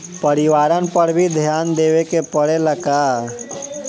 परिवारन पर भी ध्यान देवे के परेला का?